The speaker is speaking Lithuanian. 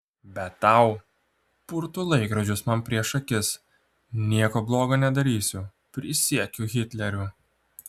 bet tau purto laikrodžius man prieš akis nieko blogo nedarysiu prisiekiu hitleriu